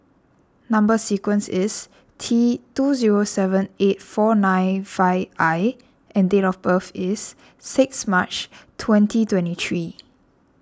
Number Sequence is T two seven eight four nine five I and date of birth is six March twenty twenty three